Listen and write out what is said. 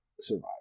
survive